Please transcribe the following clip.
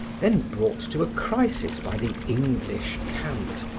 then brought to a crisis by the english cant,